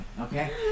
okay